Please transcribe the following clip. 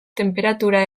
tenperatura